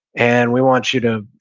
and we want you to